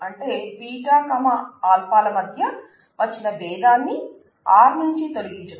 అంటే β α ల మధ్య వచ్చిన బేధాన్ని R నుంచి తొలగించటం